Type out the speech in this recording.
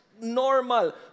normal